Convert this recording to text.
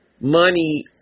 money